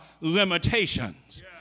limitations